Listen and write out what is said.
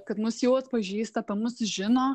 kad mus jau atpažįsta apie mus žino